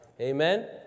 Amen